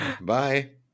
Bye